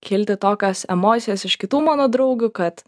kilti tokios emocijas iš kitų mano draugių kad